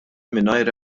mingħajr